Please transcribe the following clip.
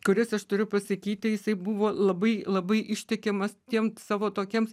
kuris aš turiu pasakyti jisai buvo labai labai ištikimas tiem savo tokiems